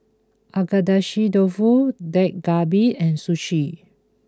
Agedashi Dofu Dak Galbi and Sushi